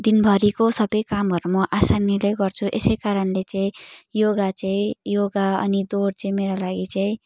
दिनभरिको सबै कामहरू म आसानीले गर्छु यसैकारणले चाहिँ योगा चाहिँ योगा अनि दौड चाहिँ मेरो लागि चाहिँ